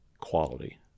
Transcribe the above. quality